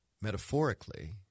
metaphorically